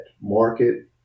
market